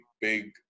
big